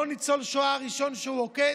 לא ניצול השואה הראשון שהוא עוקץ,